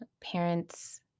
parents